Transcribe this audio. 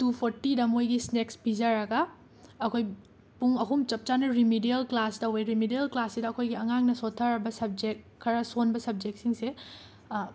two ꯐꯣꯔꯇꯤꯗ ꯃꯣꯏꯒꯤ snacks ꯄꯤꯖꯔꯒ ꯑꯩꯈꯣꯏ ꯄꯨꯡ ꯑꯍꯨꯝ ꯆꯞ ꯆꯥꯅ ꯔꯦꯃꯤꯗꯤꯌꯦꯜ ꯀ꯭ꯂꯥꯁ ꯇꯧꯋꯦ ꯔꯦꯃꯤꯗꯤꯌꯦꯜ ꯀ꯭ꯂꯥꯁꯁꯤꯗ ꯑꯩꯈꯣꯏꯒꯤ ꯑꯉꯥꯡꯅ ꯁꯣꯠꯊꯔꯕ ꯁꯞꯖꯦꯛ ꯈꯔ ꯁꯣꯟꯕ ꯁꯞꯖꯦꯛꯁꯤꯡꯁꯦ